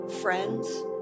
friends